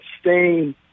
stain